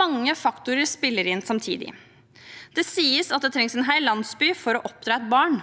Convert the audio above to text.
Mange faktorer spiller inn samtidig. Det sies at det trengs en hel landsby for å oppdra et barn.